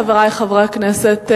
חברי חברי הכנסת,